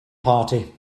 party